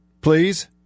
please